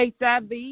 HIV